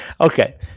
Okay